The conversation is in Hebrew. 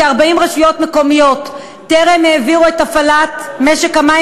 כ-40 רשויות מקומיות טרם העבירו את הפעלת משק המים